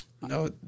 No